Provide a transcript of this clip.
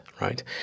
right